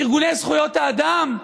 ארגוני זכויות האדם,